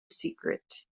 secret